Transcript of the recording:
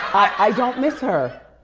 i don't miss her.